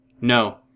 No